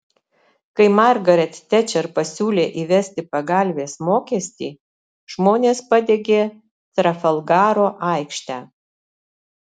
kai margaret tečer pasiūlė įvesti pagalvės mokestį žmonės padegė trafalgaro aikštę